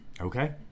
Okay